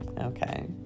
okay